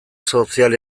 sozial